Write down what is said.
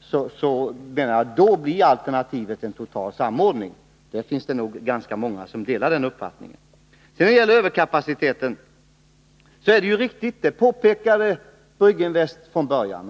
som följd. Då blir alternativet en total samordning, och det finns nog ganska många som delar den uppfattningen. Det är riktigt att det finns en överkapacitet, det påpekade Brygginvest från början.